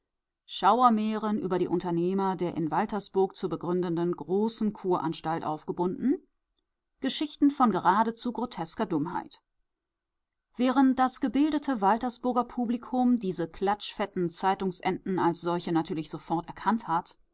schauermären über die unternehmer der in waltersburg zu begründenden großen kuranstalt aufgebunden geschichten von geradezu grotesker dummheit während das gebildete waltersburger publikum diese klatschfetten zeitungsenten als solche natürlich sofort erkannt hat